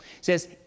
says